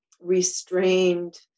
restrained